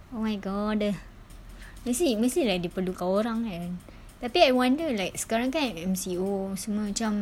oh my god mesti mesti dia perlukan orang kan tapi I wonder like sekarang kan M_C_O semua macam